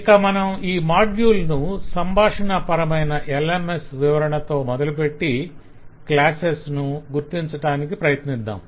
ఇక మనం ఈ మాడ్యుల్ ను సంభాషణాపరమైన LMS వివరణతో మొదలుపెట్టి క్లాసెస్ ను గుర్తించటానికి ప్రయత్నిద్దాం